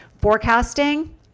forecasting